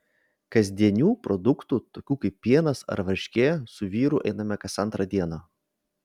kasdienių produktų tokių kaip pienas ar varškė su vyru einame kas antrą dieną